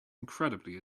incredibly